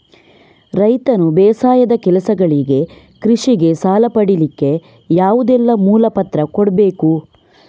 ರೈತನು ಬೇಸಾಯದ ಕೆಲಸಗಳಿಗೆ, ಕೃಷಿಗೆ ಸಾಲ ಪಡಿಲಿಕ್ಕೆ ಯಾವುದೆಲ್ಲ ಮೂಲ ಪತ್ರ ಕೊಡ್ಬೇಕು?